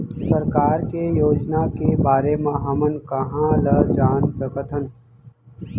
सरकार के योजना के बारे म हमन कहाँ ल जान सकथन?